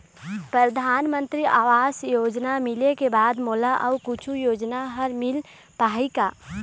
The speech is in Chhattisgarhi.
परधानमंतरी आवास योजना मिले के बाद मोला अऊ कुछू योजना हर मिल पाही का?